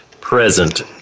present